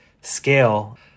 scale